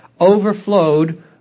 overflowed